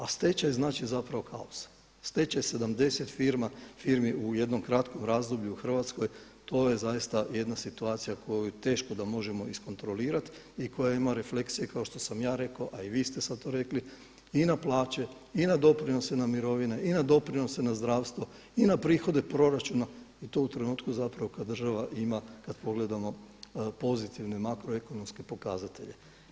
A stečaj znači kaos, stečaj 70 firmi u jednom kratkom razdoblju u Hrvatskoj, to je zaista jedna situacija koju teško da možemo iskontrolirati i koja ima refleksije kao što sam ja rekao, a i vi ste sada to rekli i na plaće i na doprinose na mirovine i na doprinose na zdravstvo i na prihode proračuna i to u trenutku kada država ima kada pogledamo pozitivne makroekonomske pokazatelje.